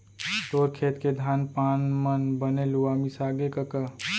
तोर खेत के धान पान मन बने लुवा मिसागे कका?